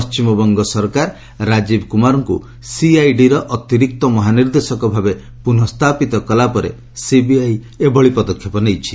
ପଣ୍ଟିମବଙ୍ଗ ସରକାର ରାଜୀବ୍ କୁମାରଙ୍କୁ ସିଆଇଡିର ଅତିରିକ୍ତ ମହାନିର୍ଦ୍ଦେଶକ ଭାବେ ପୁନଃ ସ୍ଥାପିତ କଲାପରେ ସିବିଆଇ ଏଭଳି ପଦକ୍ଷେପ ନେଇଛି